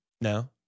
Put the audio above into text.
No